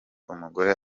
umugore